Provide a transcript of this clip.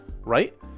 right